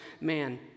man